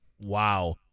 Wow